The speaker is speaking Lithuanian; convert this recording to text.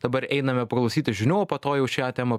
dabar einame klausytis žinių o po to jau šią temą